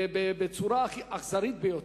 בצורה אכזרית ביותר.